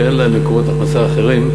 שאין להם מקורות הכנסה אחרים.